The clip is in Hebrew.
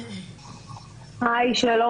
שלום.